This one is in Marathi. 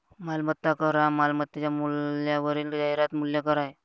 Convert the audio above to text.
मालमत्ता कर हा मालमत्तेच्या मूल्यावरील जाहिरात मूल्य कर आहे